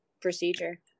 procedure